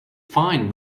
fine